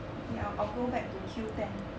okay I'll I'll go back to Q ten